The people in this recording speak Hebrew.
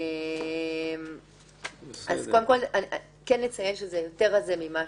זה יותר רזה ממה